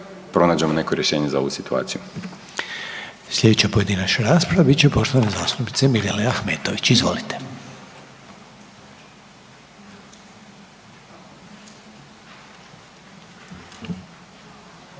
pronađemo neko rješenje za ovu situaciju. **Reiner, Željko (HDZ)** Sljedeća pojedinačna rasprava, biti će poštovane zastupnice Mirele Ahmetović. Izvolite.